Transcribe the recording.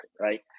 right